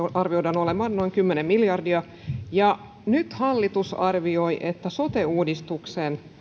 arvioidaan olevan noin kymmenen miljardia nyt hallitus arvioi että sote uudistuksen